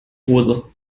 hose